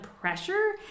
pressure